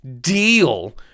deal